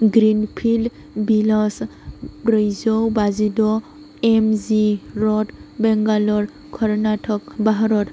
Greenfield बिलास ब्रैजौ बाजिद' एमजि र'ड बेंगाल कर्नाटक भारत